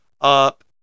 up